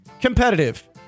Competitive